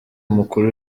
mukuru